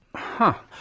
uh-huh.